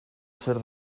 zer